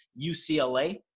UCLA